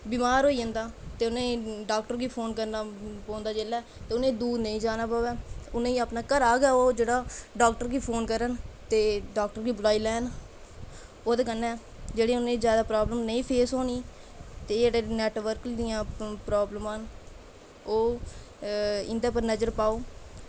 बमार होई जंदा ते उ'नें गी डॉक्टर गी फोन करना पौंदा जेल्लै ते उ'नें गी दूर नेईं जाना पवै उ'नें गी अपने घरा गै ओह् जेह्ड़ा ओह् डॉक्टर गी फोन करन ते डॉक्टर गी बुलाई लैन ते ओह्दे कन्नै ओह् उ'नें गी जादै प्रॉब्लम नेईं फेस होनी एह् जेह्ड़ियां नेटवर्क दियां प्रॉब्लमां न ओह् इं'दे पर नज़र पाओ